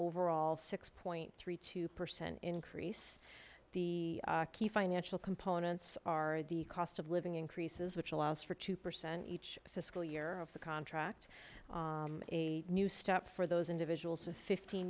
overall six point three two percent increase the key financial components are the cost of living increases which allows for two percent each fiscal year of the contract a new start for those individuals with fifteen